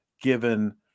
given